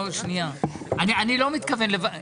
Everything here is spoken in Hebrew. אני לא מתכוון לוותר